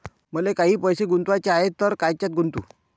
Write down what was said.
मले काही पैसे गुंतवाचे हाय तर कायच्यात गुंतवू?